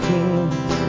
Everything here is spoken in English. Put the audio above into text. Kings